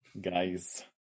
guys